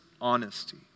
honesty